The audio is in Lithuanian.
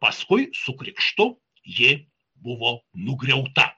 paskui su krikštu ji buvo nugriauta